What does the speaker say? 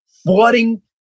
flooding